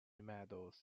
medals